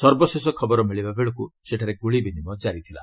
ସର୍ବଶେଷ ଖବର ମିଳିବାବେଳକ୍ ସେଠାରେ ଗ୍ରଳି ବିନିମୟ ଜାରି ରହିଥିଲା